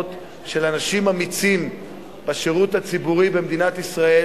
של אנשים אמיצים בשירות הציבורי במדינת ישראל,